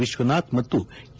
ವಿಶ್ವನಾಥ್ ಮತ್ತು ಕೆ